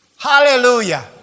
Hallelujah